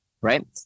right